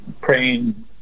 praying